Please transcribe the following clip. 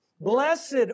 Blessed